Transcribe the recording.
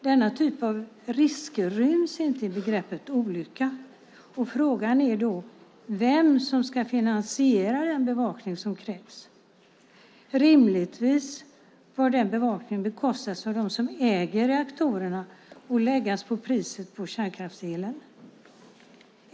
Denna typ av risker ryms dock inte i begreppet olycka, och frågan är då vem som ska finansiera den bevakning som krävs. Rimligtvis bör den bevakningen bekostas av dem som äger reaktorerna och läggas på priset på kärnkraftselen.